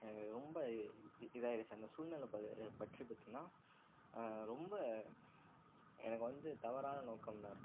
எனக்கு ரொம்ப இதாகிடுச்சு அந்த சூழ்நிலை பா இது பற்றி பார்த்திங்கன்னா ரொம்ப எனக்கு வந்து தவறான நோக்கம் தான் இருக்கும்